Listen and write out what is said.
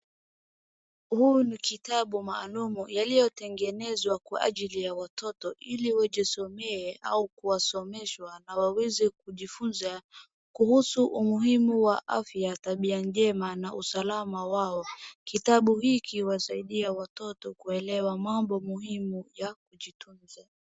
Huu ni kitabu maalumu yaliotengenezwa kwa ajili ya watoto ili wajisomee au kuwasomeshwa na waweze kujifunza kuhusu umuhimu wa afya tabia njema na usalama wao. Kitabu hiki huwasaidia watoto kuelewa mambo muhimu ya kujitunza.